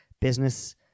Business